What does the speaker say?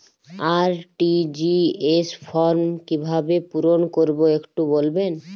RTGS form কিভাবে পূরণ করবো একটু বলবেন?